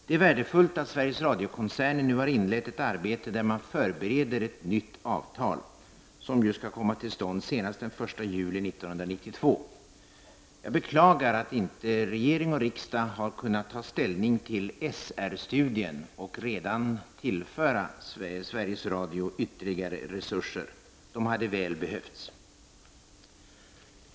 Det är värdefullt att Sveriges Radio-koncernen nu har inlett ett arbete där man förbereder ett nytt avtal, som skall komma till stånd senast den 1 juli 1992. Jag beklagar att regering och riksdag inte har kunnat ta ställning till SR-studien och redan tillfört Sveriges Radio ytterligare resurser — de hade väl behövts.